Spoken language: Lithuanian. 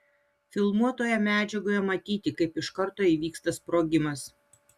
filmuotoje medžiagoje matyti kaip iš karto įvyksta sprogimas